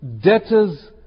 debtors